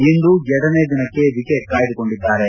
ಇಂದು ಎರಡನೇ ದಿನಕ್ಕೆ ಎಕೆಟ್ ಕಾಯ್ದುಕೊಂಡಿದ್ದಾರೆ